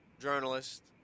journalist